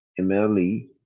MLE